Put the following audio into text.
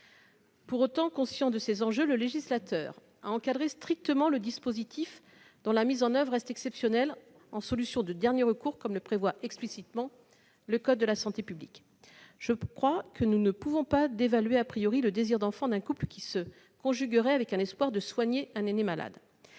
une greffe. Conscient de ces enjeux, le législateur a encadré strictement le dispositif en la matière, dont la mise en oeuvre reste exceptionnelle, comme solution de dernier recours, ainsi que le prévoit explicitement le code de la santé publique. Je crois que nous ne pouvons pas dévaluer le désir d'enfant d'un couple qui se conjuguerait avec l'espoir de soigner un aîné malade.